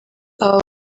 aba